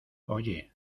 oye